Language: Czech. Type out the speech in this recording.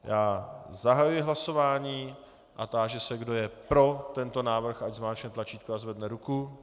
Já zahajuji hlasování a táži se, kdo je pro tento návrh, ať zmáčkne tlačítko a zvedne ruku.